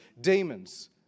demons